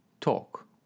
talk